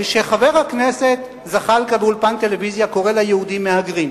כשחבר הכנסת זחאלקה באולפן טלוויזיה קורא ליהודים "מהגרים",